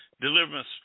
deliverance